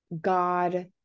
God